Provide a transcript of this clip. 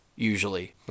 Usually